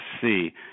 see